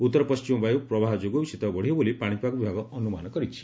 ଉତ୍ତର ପଣ୍କିମ ବାୟୁ ପ୍ରବାହ ଯୋଗୁଁ ଶୀତ ବଢ଼ିବ ବୋଲି ପାଶିପାଗ ବିଭାଗ ଅନୁମାନ କରିଛି